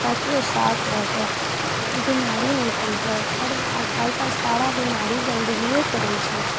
ताकि ओ साफ रहतै बीमारी नहि फैलतै आओर आइकाल्हि सारा बीमारी गन्दगियेसँ होइ छै